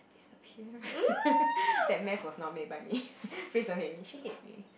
disappear that mess was not made by me please don't hate me she hates me